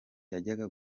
yajyaga